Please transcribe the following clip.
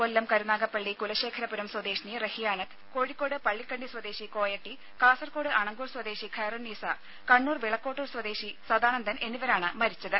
കൊല്ലം കരുനാഗപ്പള്ളി കുലശേഖരപുരം സ്വദേശിനി റഹിയാനത്ത് കോഴിക്കോട് പള്ളിക്കണ്ടി സ്വദേശി കോയട്ടി കാസർകോട് അണങ്കൂർ സ്വദേശി ഖൈറുന്നീസ കണ്ണൂർ വിളക്കോട്ടൂർ സ്വദേശി സദാനന്ദൻ എന്നിവരാണ് മരിച്ചത്